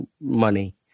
money